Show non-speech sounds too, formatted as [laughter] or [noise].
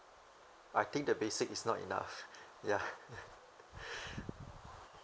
I think the basic is not enough ya [laughs]